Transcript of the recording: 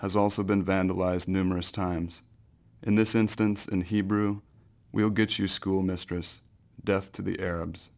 has also been vandalized numerous times in this instance in hebrew we will get you schoolmistress death to the arabs